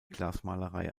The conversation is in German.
glasmalerei